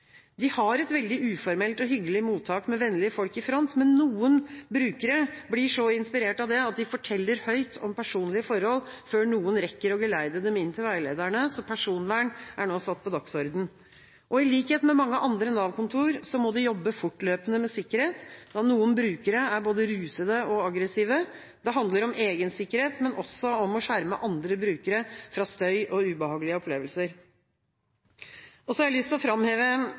De har et veldig uformelt og hyggelig mottak med vennlige folk i front, men noen brukere blir så inspirert av det at de forteller høyt om personlige forhold før noen rekker å geleide dem inn til veilederne, så personvern er nå satt på dagsordenen. I likhet med mange andre Nav-kontor må de jobbe fortløpende med sikkerhet, da noen brukere er både rusede og aggressive. Det handler om egen sikkerhet, men også om å skjerme andre brukere fra støy og ubehagelige opplevelser. Jeg har lyst til å framheve